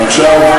נתוני, הישראלי.